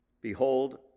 Behold